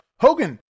Hogan